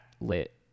lit